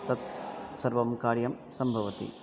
तत् सर्वं कार्यं सम्भवति